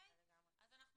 אז אנחנו